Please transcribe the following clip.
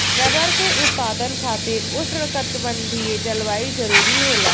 rubber के उत्पादन खातिर उष्णकटिबंधीय जलवायु जरुरी होला